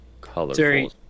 colorful